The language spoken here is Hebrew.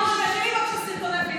רוצים לשמוע אותך,